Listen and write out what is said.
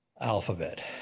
Alphabet